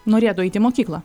norėtų eiti į mokyklą